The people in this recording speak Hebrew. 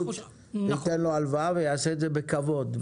ייתן לו הלוואה ויעשה את זה בכבוד,